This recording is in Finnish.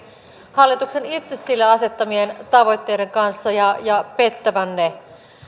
hallituksen itse sille asettamien tavoitteiden kanssa ja ja pettävän ne